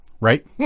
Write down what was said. Right